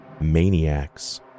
maniacs